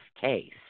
case